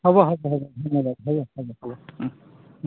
হ'ব হ'ব হ'ব ধন্যবাদ হ'ব হ'ব হ'ব